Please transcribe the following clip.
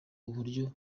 uburyo